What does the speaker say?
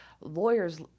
lawyers